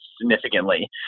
significantly